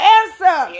answer